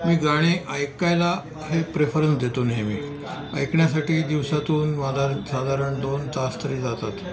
मी गाणे ऐकायला हे प्रेफरन्स देतो नेहमी ऐकण्यासाठी दिवसातून माझा साधारण दोन तास तरी जातात